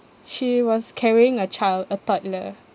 she was carrying a child a toddler